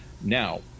now